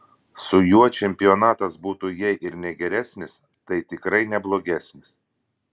su juo čempionatas būtų jei ir ne geresnis tai tikrai ne blogesnis